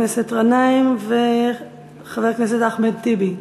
חבר הכנסת גנאים וחבר הכנסת אחמד טיבי.